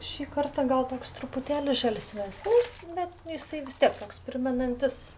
šį kartą gal koks truputėlį žalsvesnis bet jisai vis tiek toks primenantis